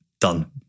done